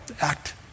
act